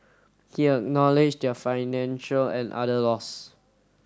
he acknowledged their financial and other loss